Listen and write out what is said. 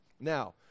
Now